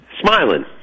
smiling